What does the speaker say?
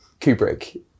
Kubrick